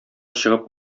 чыгып